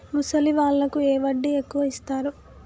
ముసలి వాళ్ళకు ఏ వడ్డీ ఎక్కువ ఇస్తారు?